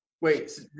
wait